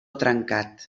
trencat